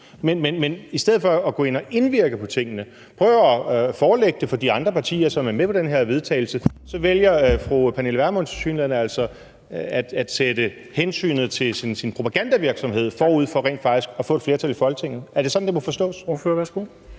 Men i stedet for at gå ind og indvirke på tingene, prøve at forelægge det for de andre partier, som er med på det her forslag til vedtagelse, vælger fru Pernille Vermund tilsyneladende altså at sætte hensynet til sin propagandavirksomhed forud for rent faktisk at få et flertal i Folketinget. Er det sådan, det må forstås?